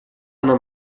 она